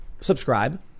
subscribe